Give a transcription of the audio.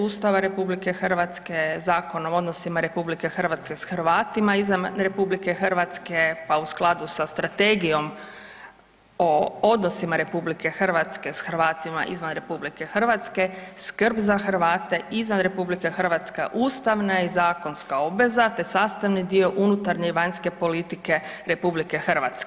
Ustava RH Zakonom o odnosima RH s Hrvatima izvan RH, pa u skladu sa Strategijom o odnosima RH s Hrvatima izvan RH skrb za Hrvate izvan RH ustavna je i zakonska obveza, te sastavni dio unutarnje i vanjske politike RH.